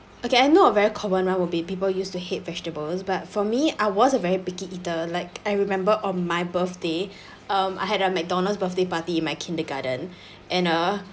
okay I don't know a very common one will be people used to hate vegetables but for me I was a very picky eater like I remember on my birthday um I had a mcdonald's birthday party in my kindergarten and uh